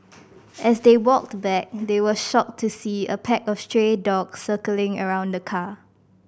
as they walked back they were shocked to see a pack of stray dogs circling around the car